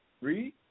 Read